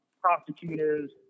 prosecutors